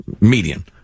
median